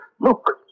look